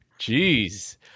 Jeez